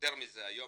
ויותר מזה, היום